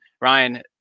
Ryan